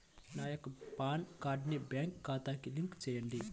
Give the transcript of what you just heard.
నా యొక్క పాన్ కార్డ్ని నా బ్యాంక్ ఖాతాకి లింక్ చెయ్యండి?